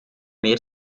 mehr